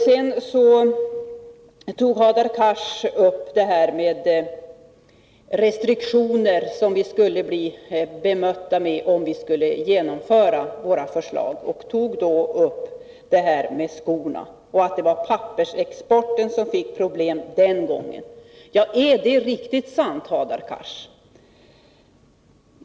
Sedan talade Hadar Cars om de restriktioner som vi skulle bemötas med om vi genomförde våra förslag. Som exempel tog han importrestriktionerna för skor och menade att det var pappersexporten som fick problem den gången. Är det riktigt sant, Hadar Cars?